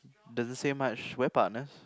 doesn't say much we're partners